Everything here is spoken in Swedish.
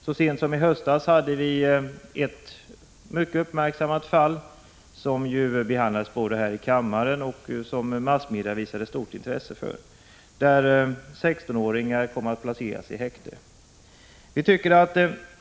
Så sent som i höstas förekom ett mycket uppmärksammat fall, som behandlades här i kammaren och som massmedia visade stort intresse för, då några 16-åringar kom att placeras i häkte.